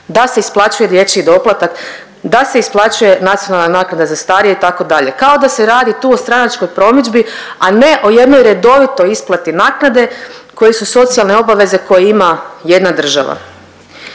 da se isplaćuje dječji doplatak, da se isplaćuje nacionalna naknada za starije itd., kao da se radi tu o stranačkoj promidžbi, a ne o jednoj redovitoj isplati naknade koje su socijalne obaveze koje ima jedna država.